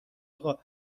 آقا